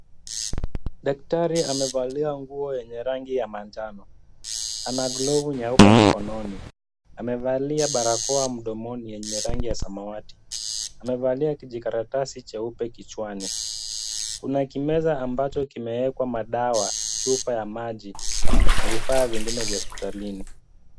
Daktari amevalia nguo yenye rangi ya manjano. Ana glovu nyeupe mikononi. Amevalia barakoa mdomoni yenye rangi ya samawati. Amevalia kijikaratasi cheupe kichwani. Kuna kimeza ambacho kimewekwa madawa, chupa ya maji na vifaa vingine vya hospitalini.